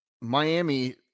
Miami